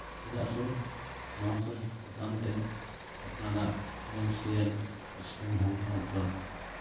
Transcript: ᱪᱮᱫᱟᱜ ᱥᱮ ᱱᱚᱣᱟ ᱠᱚ ᱪᱮᱛᱟᱱ ᱛᱮ ᱟᱯᱱᱟᱨᱟᱜ ᱯᱷᱤᱱᱟᱱᱥᱤᱭᱟᱞ ᱥᱤᱥᱴᱮᱢ ᱦᱚᱸ ᱦᱚᱭᱛᱚ